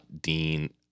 Dean